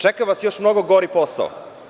Čeka vas još mnogo gori posao.